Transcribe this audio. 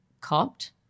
copped